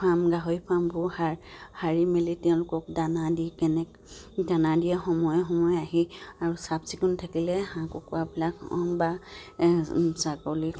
farm গাহৰি ফাৰ্মবোৰ সাৰ সাৰি মেলি তেওঁলোকক দানা দি কেনেকৈ দানা দিয়া সময়ে সময়ে আহি আৰু চাফ চিকুণ থাকিলে হাঁহ কুকুৰাবিলাক বা ছাগলী